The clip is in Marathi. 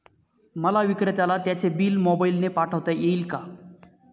मला विक्रेत्याला त्याचे बिल मोबाईलने पाठवता येईल का?